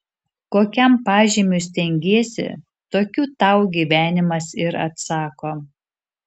kokiam pažymiui stengiesi tokiu tau gyvenimas ir atsako